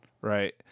right